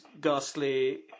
ghastly